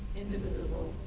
indivisible,